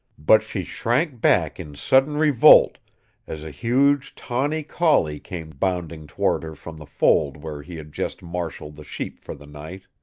but she shrank back in sudden revolt as a huge tawny collie came bounding toward her from the fold where he had just marshaled the sheep for the night.